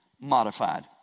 modified